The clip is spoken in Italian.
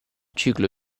ciclo